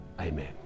Amen